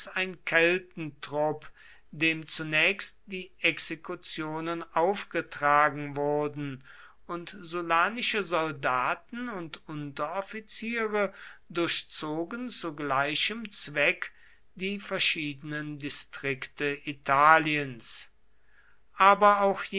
ein keltentrupp dem zunächst die exekutionen aufgetragen wurden und sullanische soldaten und unteroffiziere durchzogen zu gleichem zweck die verschiedenen distrikte italiens aber auch